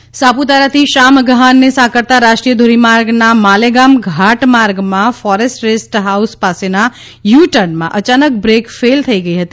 ડાંગ અકસ્માત સાપુતારાથી શામગહાનને સાંકળતા રાષ્ટ્રીય ધોરીમાર્ગનાં માલેગામ ઘાટમાર્ગનાં ફોરેસ્ટ રેસ્ટ હાઉસ પાસેનાં યુટર્નમાં અયાનક બ્રેક ફેઈલ થઈ ગઈ હતી